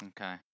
Okay